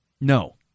No